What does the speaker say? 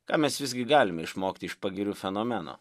ką mes visgi galime išmokti iš pagirių fenomeno